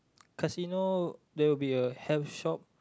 casino there will be a hair shop